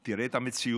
תראה את המציאות.